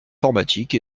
informatique